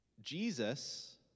Jesus